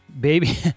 Baby